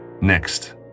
Next